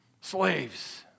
Slaves